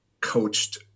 coached